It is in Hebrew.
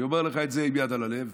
אני אומר לך את זה עם יד על הלב.